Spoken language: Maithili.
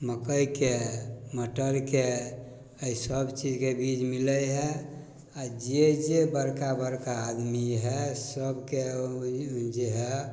मकइके मटरके एहि सबचीजके बीज मिलै हइ आओर जे जे बड़का बड़का आदमी हइ सभके जे हइ